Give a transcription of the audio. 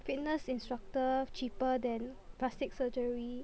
fitness instructor cheaper than plastic surgery